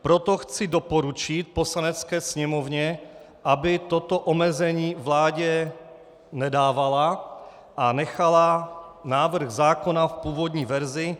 Proto chci doporučit Poslanecké sněmovně, aby toto omezení vládě nedávala a nechala návrh zákona v původní verzi.